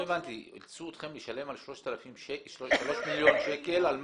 נאלצנו לשלם 3 מיליון שקלים שאינני יודעת